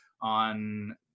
on